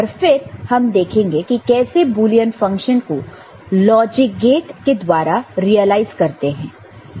और फिर हम देखेंगे कि कैसे बुलियन फंक्शन को लॉजिक गेट के द्वारा रियलाइज करते हैं